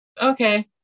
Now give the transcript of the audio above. okay